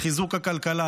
לחיזוק הכלכלה,